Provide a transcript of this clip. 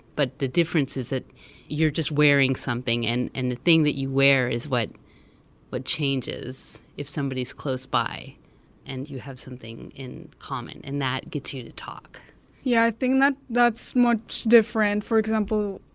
but the difference is that you're just wearing something and and the thing that you wear is what what changes. if somebody's close by and you have something in common, and that gets you to talk yeah, i think that's much different. for example,